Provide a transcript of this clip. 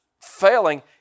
failing